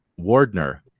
wardner